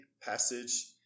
passage